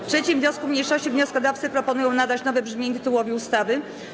W 3. wniosku mniejszości wnioskodawcy proponują nadać nowe brzmienie tytułowi ustawy.